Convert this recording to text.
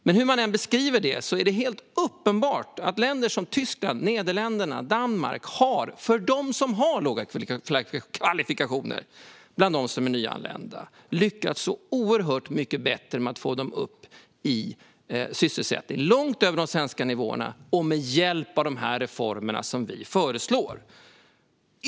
Men hur man än beskriver det är det helt uppenbart att länder som Tyskland, Nederländerna och Danmark har lyckats oerhört mycket bättre med att få in de nyanlända som har låga kvalifikationer i sysselsättning - det är långt över de svenska nivåerna - med hjälp av de reformer som vi föreslår.